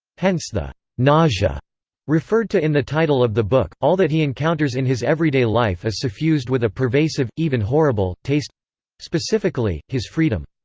hence the nausea referred to in the title of the book all that he encounters in his everyday life is suffused with a pervasive, even horrible, taste specifically, his freedom.